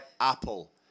Apple